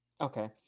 okay